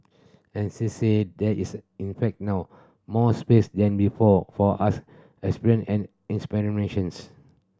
and she said there is in fact now more space than before for art and experimentations